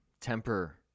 temper